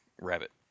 rabbit